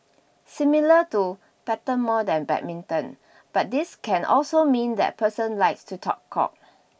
similar to pattern more than badminton but this can also mean that person likes to talk cock